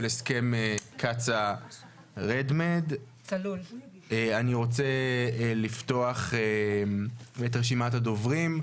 הסכם קצא"א-Red Med. אני רוצה לפתוח את רשימת הדוברים.